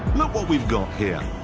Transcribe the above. look what we've got here.